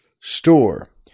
store